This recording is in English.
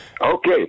Okay